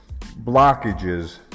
blockages